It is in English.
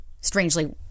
strangely